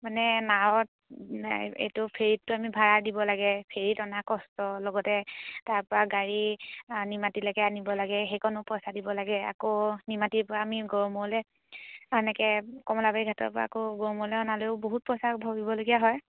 মানে নাৱত এইটো ফেৰীতটো আমি ভাড়া দিব লাগে ফেৰীত অনা কষ্ট লগতে তাৰপৰা গাড়ী নিমাতিলৈকে আনিব লাগে সেইকণো পইচা দিব লাগে আকৌ নিমাতিৰপৰা আমি গৰমূৰলৈ এনেকৈ কমলাবাৰীঘাটৰপৰা আকৌ গৰমূৰলৈ অনালৈও বহুত পইচা ভৰিবলগীয়া হয়